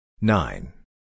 Nine